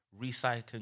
recycling